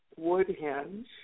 Woodhenge